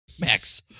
Max